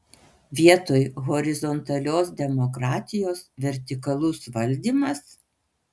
vietoj horizontalios demokratijos vertikalus valdymas